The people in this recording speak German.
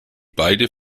beide